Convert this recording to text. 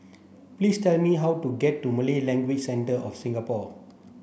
please tell me how to get to Malay Language Centre of Singapore